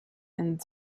and